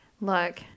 Look